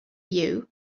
you